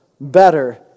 better